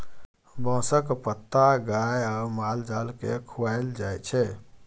बाँसक पात गाए आ माल जाल केँ खुआएल जाइ छै